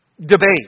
debate